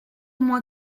moi